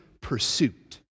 pursuit